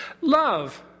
Love